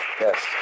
yes